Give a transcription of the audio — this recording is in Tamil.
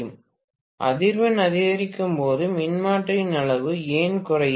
பேராசிரியர் அதிர்வெண் அதிகரிக்கும் போது மின்மாற்றியின் அளவு ஏன் குறையும்